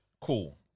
cool